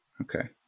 Okay